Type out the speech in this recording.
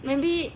maybe